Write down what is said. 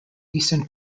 eastern